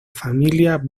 familia